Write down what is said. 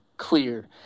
clear